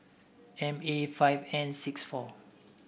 M A five N six four